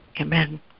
Amen